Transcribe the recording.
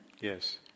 Yes